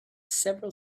several